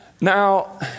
Now